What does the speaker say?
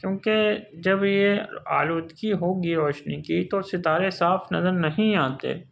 کیونکہ جب یہ آلودگی ہوگی روشنی کی تو ستارے صاف نظر نہیں آتے